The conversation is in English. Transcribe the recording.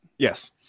Yes